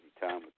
time